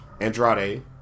Andrade